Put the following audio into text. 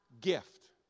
gift